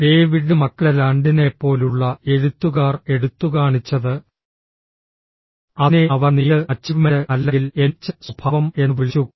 David മക്ലെലാൻഡിനെപ്പോലുള്ള എഴുത്തുകാർ എടുത്തുകാണിച്ചത് അതിനെ അവർ നീഡ് അച്ചീവ്മെന്റ് അല്ലെങ്കിൽ എൻഎച്ച് സ്വഭാവം എന്ന് വിളിച്ചു